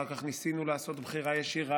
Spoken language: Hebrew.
אחר כך ניסינו לעשות בחירה ישירה,